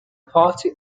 party